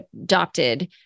adopted